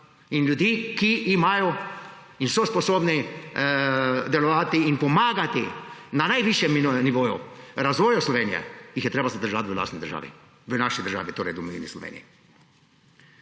Ljudi, ki imajo in so sposobni delovati in pomagati na najvišjem nivoju v razvoju Slovenije, je treba zadržati v lastni državi, v naši državi, torej domovini Sloveniji.